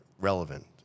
relevant